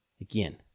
Again